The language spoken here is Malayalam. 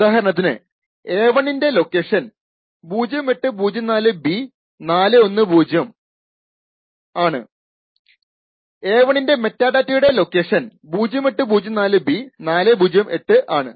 ഉദാഹരണത്തിന് a1 ൻറെ ലൊക്കേഷൻ 0804B410 ഉം a1 ൻറെ മെറ്റാഡാറ്റയുടെ ലൊക്കേഷൻ 0804B408 ഉം ആണ്